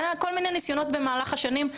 היו כל מיני ניסיונות במהלך השנים,